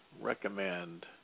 recommend